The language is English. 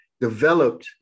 developed